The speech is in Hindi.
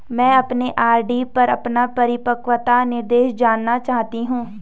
मैं अपने आर.डी पर अपना परिपक्वता निर्देश जानना चाहती हूँ